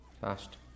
fast